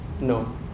no